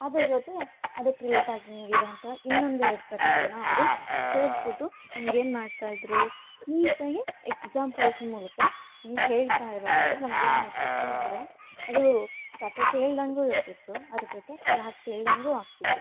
ಅದ್ರ ಜೊತೆ ಅದಕ್ಕೆ ರಿಲೇಟಾಂಗಿರೋವಂಥ ಇನ್ನೊಂದು ಎರಡು ಕತೆಗಳ್ನ ಅವರು ಸೇರಿಸ್ಬಿಟ್ಟು ನಮ್ಗೇನು ಮಾಡ್ತಾಯಿದ್ರು ನೀಟಾಗೆ ಎಕ್ಸಾಂಪಲ್ಸ್ ಮೂಲಕ ನಮ್ಗೆ ಹೇಳ್ತಾ ಇರೋದ್ರಿಂದ ನಮಗೇನಾಗ್ತಿತ್ತು ಅಂದರೆ ಅದೂ ಕತೆ ಕೇಳ್ದಂಗು ಇರ್ತಿತ್ತು ಅದ್ರ ಜೊತೆ ಕ್ಲಾಸ್ ಕೇಳ್ದಂಗು ಆಗ್ತಿತ್ತು